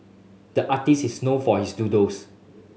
the artist is known for his doodles